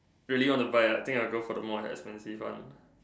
really want to buy A I think I go for the more expensive one